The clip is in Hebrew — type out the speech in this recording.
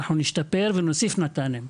אנחנו נשתפר ונוסיף ניידות טיפול נמרץ.